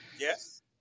Yes